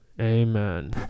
Amen